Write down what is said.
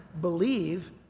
believe